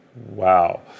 Wow